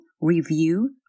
review